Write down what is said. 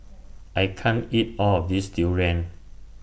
I can't eat All of This Durian